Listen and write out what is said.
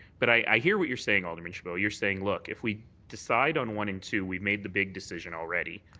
but i hear what you're saying, alderman chabot. you're saying, look, if we decide on one and two, we made the big decision already.